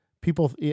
people